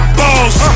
balls